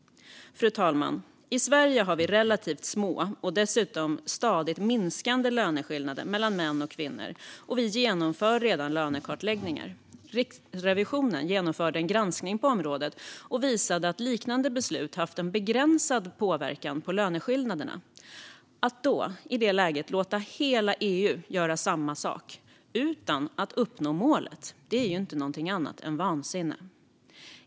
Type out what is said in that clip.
Fru talman! I Sverige har vi relativt små och dessutom stadigt minskande löneskillnader mellan män och kvinnor, och vi genomför redan lönekartläggningar. Riksrevisionen genomförde en granskning på området och visade att liknande beslut har haft en begränsad påverkan på löneskillnaderna. Att i det läget låta hela EU göra samma sak utan att uppnå målet är inget annat än vansinne.